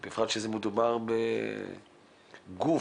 בפרט שמדובר בגוף